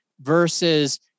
versus